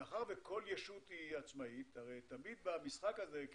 מאחר וכל ישות עצמאית אז במשחק הזה,